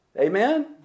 Amen